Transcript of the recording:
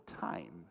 time